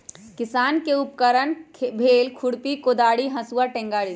किसान के उपकरण भेल खुरपि कोदारी हसुआ टेंग़ारि